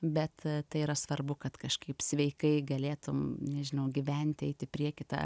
bet tai yra svarbu kad kažkaip sveikai galėtum nežinau gyventi eit į priekį tą